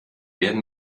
werden